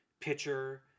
pitcher